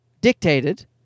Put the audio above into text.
dictated